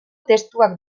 testuak